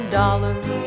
dollars